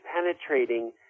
penetrating